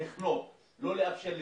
לא לאפשר להתפתח,